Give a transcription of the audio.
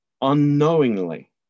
unknowingly